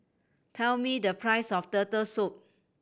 tell me the price of Turtle Soup